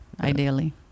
ideally